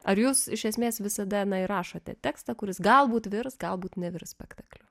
ar jūs iš esmės visada įrašote tekstą kuris galbūt virs galbūt nevirs spektakliu